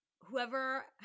whoever